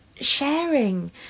sharing